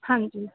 ਹਾਂਜੀ